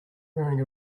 wearing